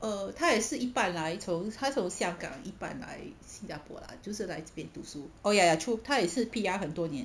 err 他也是一半来从他从香港一半来新加坡啦就是来这边读书 oh ya ya true 他也是 P_R 很多年